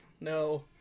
No